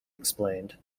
explained